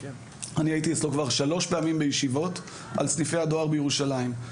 אני הייתי אצלו כבר שלוש פעמים בישיבות על סניפי הדואר בירושלים.